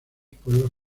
pueblos